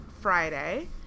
Friday